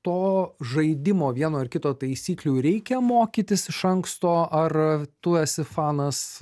to žaidimo vieno ar kito taisyklių reikia mokytis iš anksto ar tu esi fanas